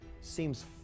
seems